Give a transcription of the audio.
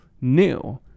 new